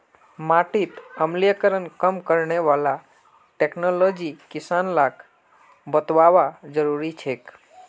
माटीत अम्लीकरण कम करने वाला टेक्नोलॉजी किसान लाक बतौव्वा जरुरी छेक